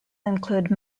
include